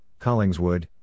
Collingswood